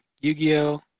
Yu-Gi-Oh